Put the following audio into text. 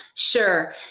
Sure